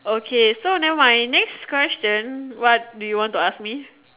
okay so never mind next question what do you want to ask me